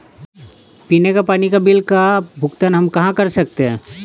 पीने के पानी का बिल का भुगतान हम कहाँ कर सकते हैं?